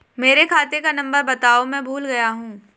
मेरे खाते का नंबर बताओ मैं भूल गया हूं